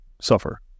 suffer